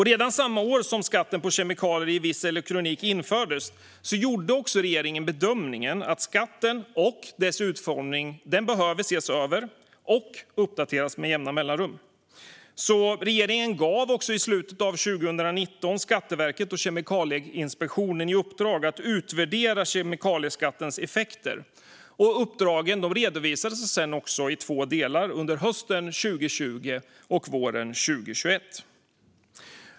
Redan samma år som skatten på kemikalier i viss elektronik infördes gjorde regeringen bedömningen att skatten och dess utformning behöver ses över och uppdateras med jämna mellanrum. Regeringen gav därför i slutet av 2019 Skatteverket och Kemikalieinspektionen i uppdrag att utvärdera kemikalieskattens effekter. Uppdragen redovisades i två delar under hösten 2020 och våren 2021.